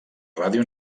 ràdio